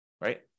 right